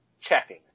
checking